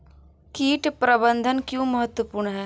कीट प्रबंधन क्यों महत्वपूर्ण है?